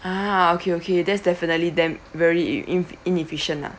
ah okay okay that's definitely them very ine~ inefficient ah